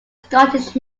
scottish